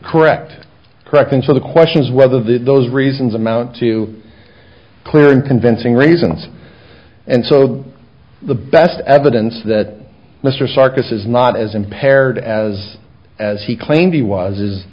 correct correct and so the question is whether the those reasons amount to clear and convincing reasons and so the best evidence that mr sarkis is not as impaired as as he claimed he was is